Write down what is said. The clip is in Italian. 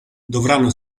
dovranno